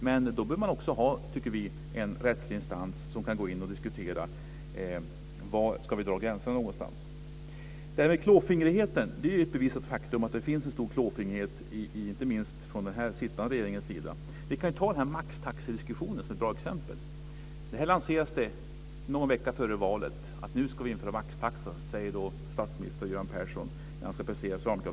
Men då tycker vi att man bör ha en rättslig instans som kan gå in och diskuera var någonstans man ska dra gränserna. Det är ett bevisat faktum att det finns en stor klåfingrighet inte minst från den sittande regeringens sida. Vi kan ta maxtaxediskussionen som ett bra exempel. Detta lanserades någon vecka före valet. När statsminister Göran Persson ska presentera socialdemokraternas valmanifest säger han att man ska införa maxtaxa.